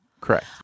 Correct